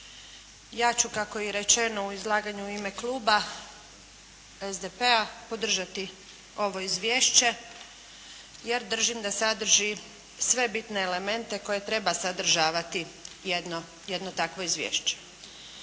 Ja ću kako je i rečeno u izlaganju u ime kluba SDP-a podržati ovo izvješće, jer držim da sadrži sve bitne elemente koje treba sadržavati jedno takvo izvješće.